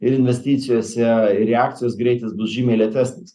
ir investicijose ir reakcijos greitis bus žymiai lėtesnis